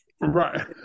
right